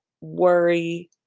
worry